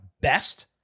best